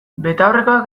betaurrekoak